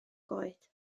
goed